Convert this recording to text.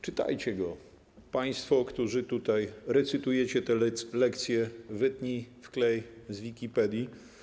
Czytajcie go, państwo, którzy tutaj recytujecie te lekcje „wytnij - wklej” z Wikipedii.